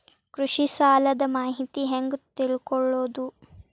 ಕೃಷಿ ಸಾಲದ ಮಾಹಿತಿ ಹೆಂಗ್ ತಿಳ್ಕೊಳ್ಳೋದು?